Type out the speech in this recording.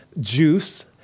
juice